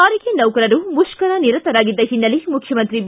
ಸಾರಿಗೆ ನೌಕರರು ಮುಷ್ಕರ ನಿರತರಾಗಿದ್ದ ಹಿನ್ನೆಲೆ ಮುಖ್ಯಮಂತ್ರಿ ಬಿ